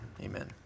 amen